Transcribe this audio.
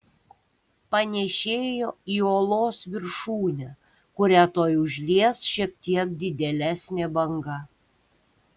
panėšėjo į uolos viršūnę kurią tuoj užlies šiek tiek didėlesnė banga